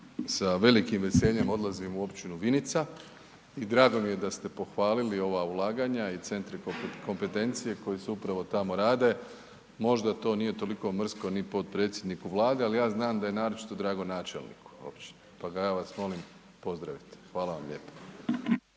sa velikim veseljem odlazim u općinu Vinica i drago mi je da ste pohvalili ova ulaganja i centri poput kompetencije koji se upravo tamo rade, možda to nije toliko mrsko ni potpredsjedniku Vlade, ali ja znam da je naročito drago načelniku općine, pa ga ja vas molim pozdravite. **Brkić, Milijan